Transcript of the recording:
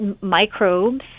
microbes